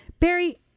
Barry